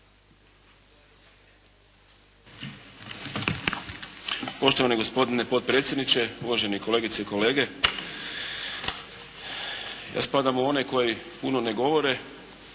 Poštovani gospodine potpredsjedniče, uvaženi kolegice i kolege. Ja spadam u one koji puno ne govore,